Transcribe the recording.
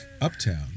uptown